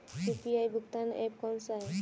UPI भुगतान app कौन सा है?